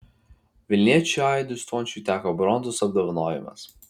vilniečiui aidui stončiui teko bronzos apdovanojimas